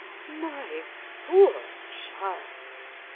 my poor child!